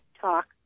talk